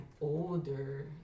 older